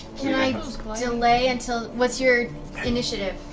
can i delay until what's your initiative?